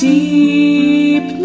deep